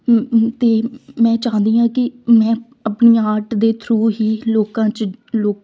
ਮ ਮ ਅਤੇ ਮੈਂ ਚਾਹੁੰਦੀ ਹਾਂ ਕਿ ਮੈਂ ਆਪਣੀ ਆਰਟ ਦੇ ਥਰੂ ਹੀ ਲੋਕਾਂ 'ਚ ਲੋਕ